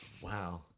Wow